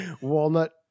Walnut